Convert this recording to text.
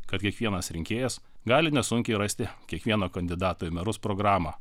kad kiekvienas rinkėjas gali nesunkiai rasti kiekvieno kandidato į merus programą